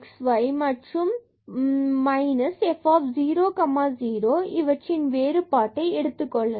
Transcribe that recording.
f xy மற்றும் minus f 0 0 இவற்றின் வேறுபாட்டை எடுத்துக் கொள்ளலாம்